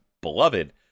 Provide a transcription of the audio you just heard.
beloved